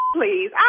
Please